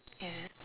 ya